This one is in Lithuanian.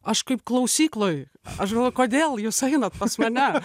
aš kaip klausykloj aš galvoju kodėl jūs einat pas mane